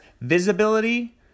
visibility